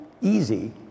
easy